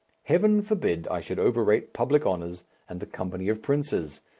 heaven forbid i should overrate public honours and the company of princes!